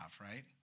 right